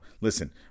listen